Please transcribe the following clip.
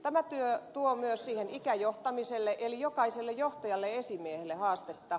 tämä tuo myös ikäjohtamiselle eli jokaiselle johtajalle esimiehelle haastetta